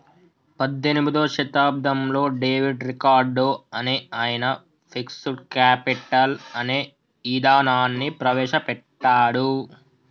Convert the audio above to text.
పద్దెనిమిదో శతాబ్దంలో David Ricardo అనే ఆయన ఫిక్స్డ్ కేపిటల్ అనే ఇదానాన్ని ప్రవేశ పెట్టాడు